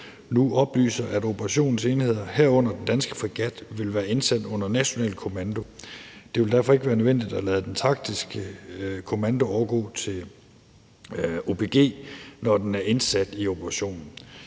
nu oplyser, at oppositionens enheder, herunder den danske fregat, vil være indsat under national kommando. Det vil derfor ikke være nødvendigt at lade den taktiske kommando overgå til »Operation